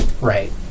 Right